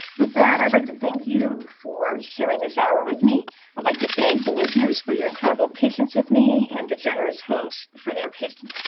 with that i'd like to thank you for sharing this hour with me i'd like to thank the listeners for your incredible patience with me and the generous hosts for their patience.